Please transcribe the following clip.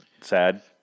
sad